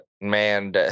man